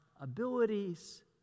abilities